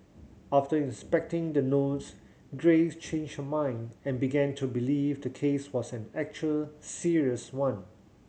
after inspecting the notes Grace changed her mind and began to believe the case was an actual serious one